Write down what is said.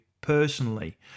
personally